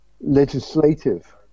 legislative